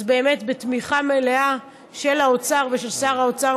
אז באמת בתמיכה מלאה של האוצר ושל שר האוצר